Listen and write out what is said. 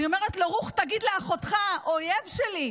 אני אומרת לו: "רוח" תגיד לאחותך, אויב שלי.